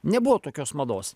nebuvo tokios mados